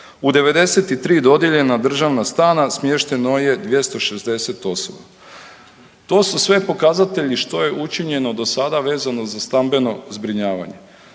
U 93 dodijeljena državna stana smješteno je 260 osoba. To su sve pokazatelji što je učinjeno do sada vezano za stambeno zbrinjavanje.